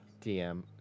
dm